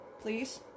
please